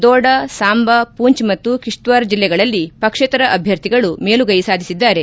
ದೋಡಾ ಸಾಂಬಾ ಪೂಂಚ್ ಮತ್ತು ಕಿಷ್ಟ್ವಾರ್ ಜಿಲ್ಲೆಗಳಲ್ಲಿ ಪಕ್ಷೇತರ ಅಭ್ಯರ್ಥಿಗಳು ಮೇಲುಗೈ ಸಾಧಿಸಿದ್ದಾರೆ